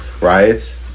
riots